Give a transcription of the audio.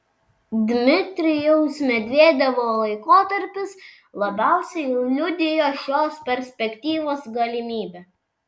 dmitrijaus medvedevo laikotarpis labiausiai liudijo šios perspektyvos galimybę